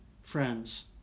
friends